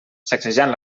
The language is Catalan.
sacsejant